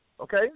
okay